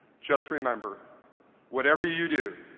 just remember whatever you do,